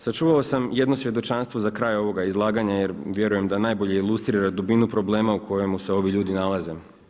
Sačuvao sam jedno svjedočanstvo za kraj ovoga izlaganja, jer vjerujem da najbolje ilustrira dubinu problema u kojemu se ovi ljudi nalaze.